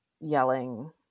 yelling